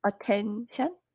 attention